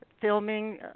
Filming